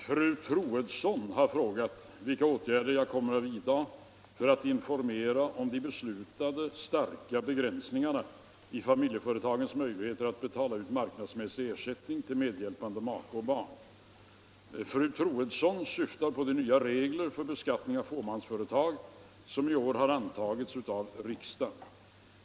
Fru talman! Fru Troedsson har frågat mig vilka åtgärder jag kommer att vidta för att informera om de beslutade starka begränsningarna i familjeföretagens möjligheter att betala ut marknadsmässig ersättning till medhjälpande make och barn. Fru Troedsson syftar på de nya regler för beskattning av fåmansföretag som i år har antagits av riksdagen .